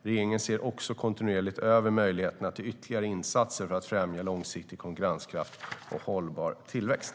Regeringen ser också kontinuerligt över möjligheterna till ytterligare insatser för att främja långsiktig konkurrenskraft och hållbar tillväxt.